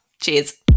Cheers